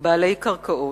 בעלי קרקעות,